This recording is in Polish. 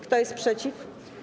Kto jest przeciw?